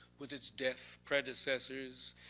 with it's deaf predecessors.